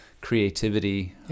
creativity